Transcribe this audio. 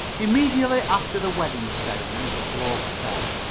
immediately after the wedding ceremony the blow fell.